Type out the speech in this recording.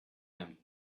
him